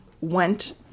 went